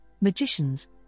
magicians